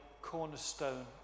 cornerstone